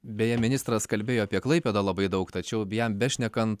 beje ministras kalbėjo apie klaipėdą labai daug tačiau jam bešnekant